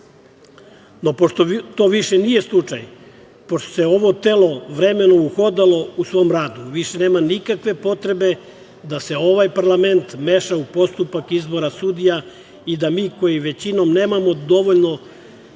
No, pošto to više nije slučaj, pošto se ovo telo vremenom uhodalo u svom radu, više nema nikakve potrebe da se ovaj parlament meša u postupak izbora sudija i da mi koji većinom nemamo dovoljno